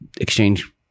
exchange